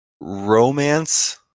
romance